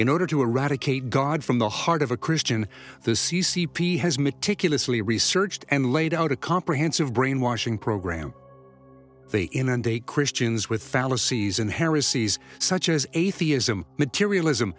in order to eradicate god from the heart of a christian the c c p has meticulously researched and laid out a comprehensive brainwashing program they inundate christians with fallacies and heresies such as atheism materialism